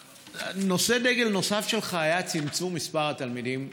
נושא דגל נוסף שלך היה צמצום מספר התלמידים בכיתות.